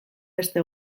beste